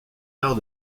arts